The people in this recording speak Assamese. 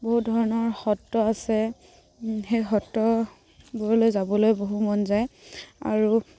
বহু ধৰণৰ সত্ৰ আছে সেই সত্ৰবোৰলৈ যাবলৈ বহু মন যায় আৰু